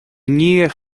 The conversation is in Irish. ndiaidh